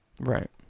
Right